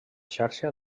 xarxa